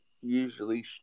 usually